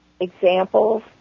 examples